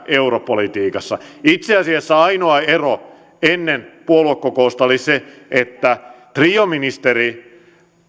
europolitiikassa itse asiassa ainoa ero ennen puoluekokousta oli se että trioministeri